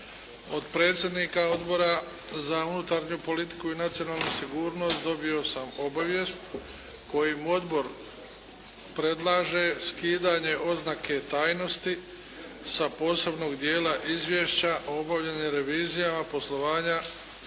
Od predsjednika Odbora za unutarnju politiku i nacionalnu sigurnost dobio sam obavijest kojom odbor predlaže skidanje oznake tajnosti sa posebnog dijela izvješća o obavljenim revizijama poslovanja